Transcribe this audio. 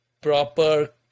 proper